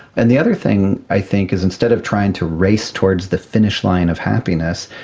and the other thing i think is instead of trying to race towards the finish line of happiness,